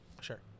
Sure